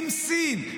עם סין,